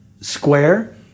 square